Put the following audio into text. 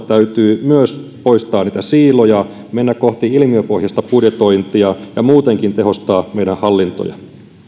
täytyy myös poistaa siiloja mennä kohti ilmiöpohjaista budjetointia ja muutenkin tehostaa meidän hallintojamme